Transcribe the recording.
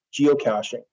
geocaching